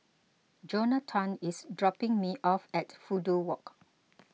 Jonatan is dropping me off at Fudu Walk